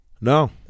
no